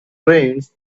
brains